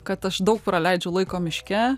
kad aš daug praleidžiu laiko miške